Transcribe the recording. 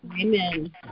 Amen